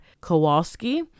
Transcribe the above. Kowalski